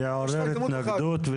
יעורר התנגדות.